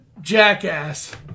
jackass